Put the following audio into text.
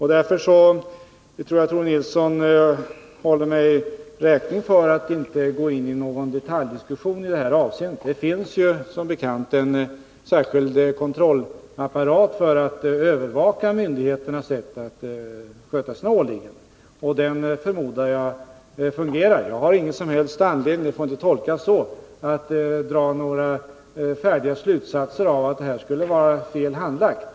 Därför tror jag att Tore Nilsson håller mig räkning för att jag i detta avseende inte går in i någon detaljdiskussion. Det finns som bekant en särskild kontrollapparat för att vi skall kunna övervaka myndigheters sätt att sköta sina åligganden. Jag förmodar att den kontrollapparaten fungerar. Jag har inte någon som helst anledning att dra slutsatsen att detta ärende skulle vara felaktigt handlagt. Det jag har sagt får inte tolkas så.